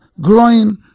growing